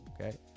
Okay